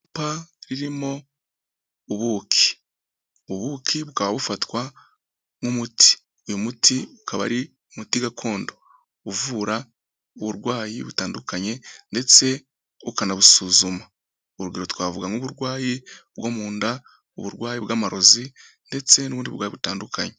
icupa ririmo ubuki, ubuki bukaba bufatwa nk'umuti, uyu muti ukaba ari umuti gakondo uvura uburwayi butandukanye ndetse ukanabusuzuma, urugero twavuga nk'uburwayi bwo mu nda, uburwayi bw'amarozi ndetse n'ubundi burwayi butandukanye.